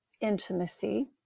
intimacy